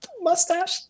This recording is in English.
mustache